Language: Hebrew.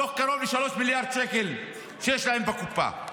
מתוך קרוב ל-3 מיליארד שקל שיש להם בקופה.